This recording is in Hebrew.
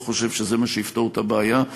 לא חושב שזה מה שיפתור את הבעיה.